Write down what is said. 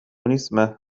اسمه